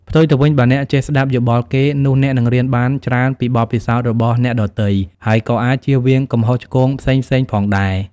ផ្ទុយទៅវិញ បើអ្នកចេះស្ដាប់យោបល់គេ នោះអ្នកនឹងរៀនបានច្រើនពីបទពិសោធន៍របស់អ្នកដទៃ ហើយក៏អាចជៀសវាងកំហុសឆ្គងផ្សេងៗផងដែរ។